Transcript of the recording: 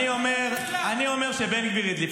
אני אומר שבן גביר הדליף.